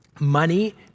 money